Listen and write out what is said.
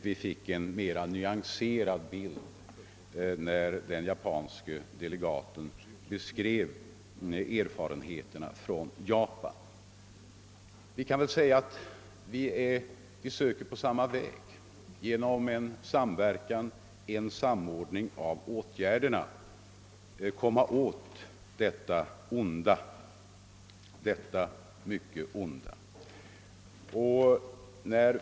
Vi fick en mera nyanserad bild när den japanske delegaten redogjorde för erfarenheterna från sitt land. Det kan sägas att vi försöker att på samma väg, nämligen genom en samordning av åtgärderna, komma åt detta mycket onda.